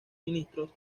ministros